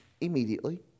immediately